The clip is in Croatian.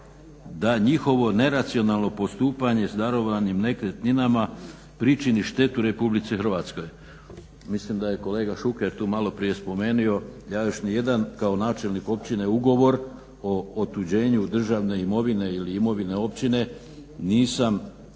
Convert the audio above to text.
da njihovo neracionalno postupanje s darovanim nekretninama pričini štetu RH". Mislim da je kolega Šuker tu malo prije spomenuo, ja još nijedan kao načelnih općine ugovor o otuđenju državne imovine ili imovine općine nisam